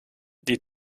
die